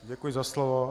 Děkuji za slovo.